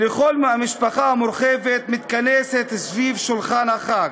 כל המשפחה המורחבת מכונסת סביב שולחן החג,